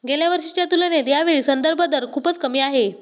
गेल्या वर्षीच्या तुलनेत यावेळी संदर्भ दर खूपच कमी आहे